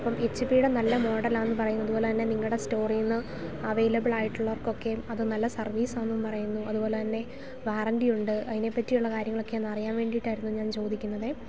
അപ്പം എച്ച് പീടെ നല്ല മോഡലാണെന്ന് പറയുന്നത് അതുപോലെത്തന്നെ നിങ്ങളുടെ സ്റ്റോറീന്ന് അവൈലബിൾ അയിട്ടുള്ളവർക്കൊക്കെ അത് നല്ല സർവീസ് ആണെന്നും പറയുന്നു അതുപോലെത്തന്നെ വാറണ്ടി ഉണ്ട് അതിനെപ്പറ്റിയുള്ള കാര്യങ്ങളൊക്കെയൊന്ന് അറിയാൻ വേണ്ടിയിട്ടായിരുന്നു ഞാൻ ചോദിക്കുന്നത്